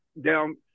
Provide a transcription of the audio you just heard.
down